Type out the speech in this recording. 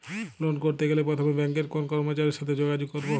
Loan করতে গেলে প্রথমে ব্যাঙ্কের কোন কর্মচারীর সাথে যোগাযোগ করব?